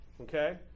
okay